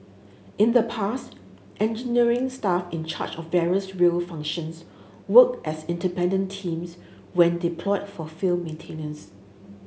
in the past engineering staff in charge of various rail functions worked as independent teams when deployed for field maintenance